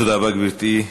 תודה רבה, גברתי.